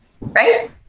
Right